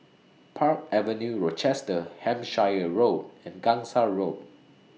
Park Avenue Rochester Hampshire Road and Gangsa Road